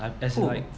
!wow!